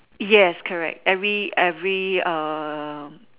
yes correct every every err